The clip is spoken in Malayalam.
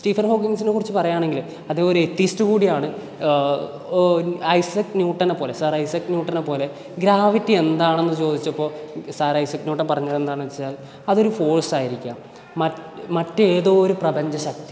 സ്റ്റീഫൻ ഹോക്കിൻസിനെ കുറിച്ച് പറയുകയാണെങ്കിൽ അദ്ദേഹം ഒരു യത്തിസ്റ്റ് കൂടിയാണ് ഐസക്ക് ന്യൂട്ടനെ പോലെ സർ ഐസക്ക് ന്യൂട്ടനെ പോലെ ഗ്രാവിറ്റി എന്താണെന്ന് ചോദിച്ചപ്പോൾ സർ ഐസക്ക് ന്യൂട്ടൻ പറഞ്ഞത് എന്താണെന്ന് വച്ചാൽ അതൊരു ഫോഴ്സ് ആയിരിക്കാം മറ്റേതോ ഒരു പ്രപഞ്ചശക്തി